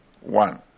one